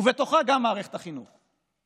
ובתוכה גם מערכת החינוך.